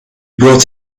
brought